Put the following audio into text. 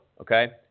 Okay